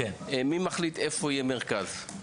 מי מחליט איפה יקום מרכז?